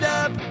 up